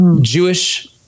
Jewish